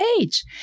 age